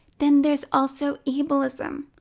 then there's also ableism,